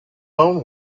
own